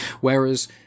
whereas